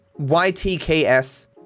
YTKS